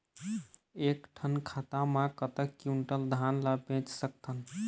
एक ठन खाता मा कतक क्विंटल धान ला बेच सकथन?